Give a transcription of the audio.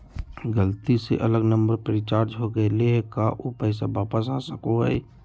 गलती से अलग नंबर पर रिचार्ज हो गेलै है का ऊ पैसा वापस आ सको है?